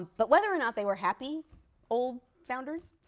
but whether or not they were happy old founders,